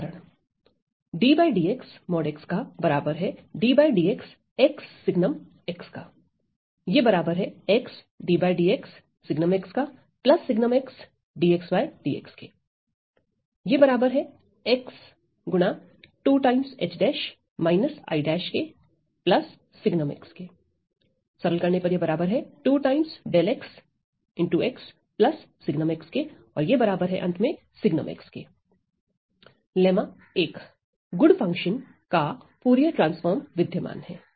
उदाहरण लेम्मा 1गुड फंक्शन का फूरिये ट्रांसफॉर्म विद्यमान है